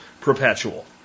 perpetual